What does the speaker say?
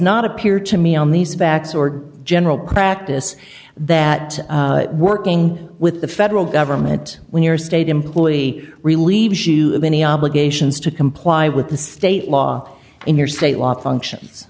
not appear to me on these facts or general practice that working with the federal government when you're a state employee relieves you of any obligations to comply with the state law in your state law functions